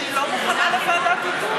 הודיעה שרת המשפטים שהיא לא מוכנה לוועדת איתור.